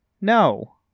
no